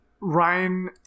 Ryan